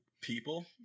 people